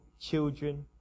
children